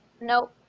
Nope